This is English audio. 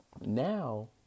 Now